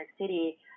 City